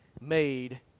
made